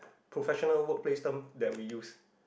professional workplace term that we use